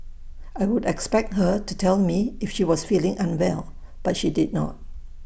I would expect her to tell me if she was feeling unwell but she did not